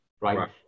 right